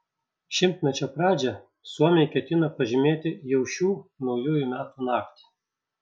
šimtmečio pradžią suomiai ketina pažymėti jau šių naujųjų metų naktį